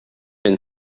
den